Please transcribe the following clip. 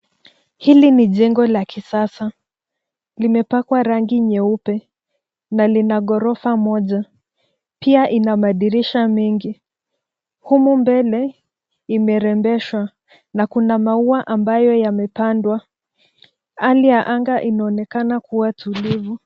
Hili ni jengo la kisasa. Limepakwa rangi nyeupe na lina ghorofa moja. Pia ina madirisha mengi. Humu mbele imerembeshwa na kuna maua ambayo yamepandwa. Hali ya anga inaonekana kuwa tulivu.